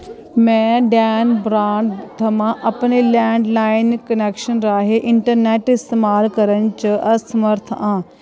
में डैन ब्रांड थमां अपने लैंडलाइन क्नैक्शन राहें इंटरनैट्ट इस्तेमाल करन च असमर्थ आं